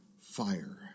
fire